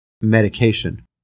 medication